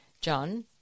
John